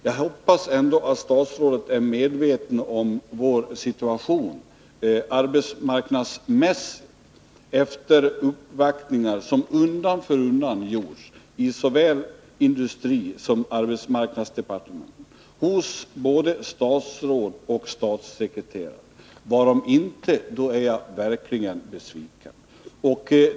Jag hoppas att statsrådet är medveten om vår bygds situation, arbetsmarknadsmässigt sett, efter de uppvaktningar som gång på gång har gjorts hos både statsråd och statssekreterare i såväl industrisom arbetsmarknadsdepartementet. Varom inte är jag verkligen besviken.